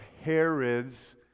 Herod's